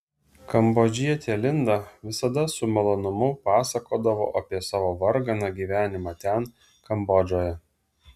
kambodžietė linda visada su malonumu pasakodavo apie savo varganą gyvenimą ten kambodžoje